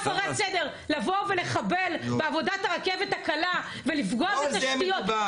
לבוא ולחבל בעבודת הרכבת הקלה ולפגוע בתשתיות --- לא על זה מדובר.